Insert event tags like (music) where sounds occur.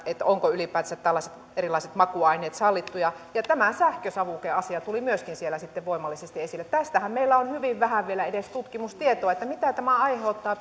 ovatko ylipäätänsä tällaiset erilaiset makuaineet sallittuja ja tämä sähkösavukeasia tuli myöskin siellä sitten voimallisesti esille meillä on hyvin vähän vielä edes tutkimustietoa mitä tämä aiheuttaa (unintelligible)